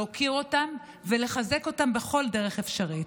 להוקיר אותם ולחזק אותם בכל דרך אפשרית.